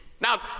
Now